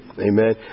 Amen